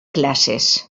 classes